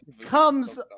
comes